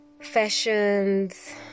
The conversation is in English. fashions